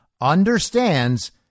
understands